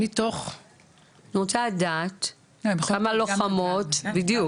אני רוצה לדעת כמה לוחמות בדיוק.